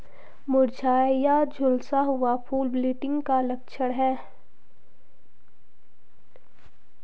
मुरझाया या झुलसा हुआ फूल विल्टिंग का लक्षण है